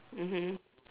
mmhmm